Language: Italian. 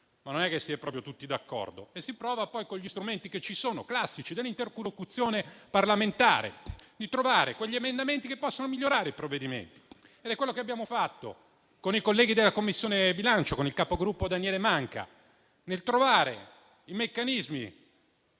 ma non si è proprio tutti d'accordo. Si prova poi, con gli strumenti che ci sono - quelli classici dell'interlocuzione parlamentare - a proporre emendamenti che possano migliorare i provvedimenti. Ed è quello che abbiamo fatto con i colleghi della Commissione bilancio, con il capogruppo Daniele Manca, per trovare i meccanismi